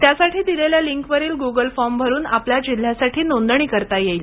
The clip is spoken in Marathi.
त्यासाठी दिलेल्या लिंकवरील ग्गल फॉर्म भरुन आपल्या जिल्ह्यासाठी नोंदणी करता येतील